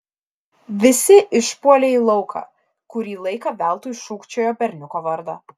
visi išpuolė į lauką kurį laiką veltui šūkčiojo berniuko vardą